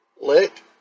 Let